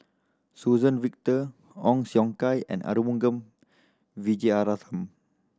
Suzann Victor Ong Siong Kai and Arumugam Vijiaratnam